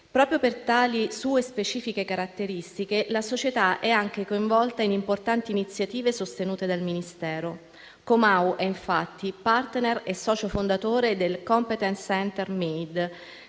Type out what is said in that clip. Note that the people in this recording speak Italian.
Proprio per tali sue specifiche caratteristiche, la società è anche coinvolta in importanti iniziative sostenute dal Ministero. Comau, infatti, è *partner* e socio fondatore del MADE - Competence Center*,*